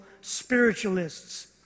spiritualists